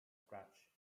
scratch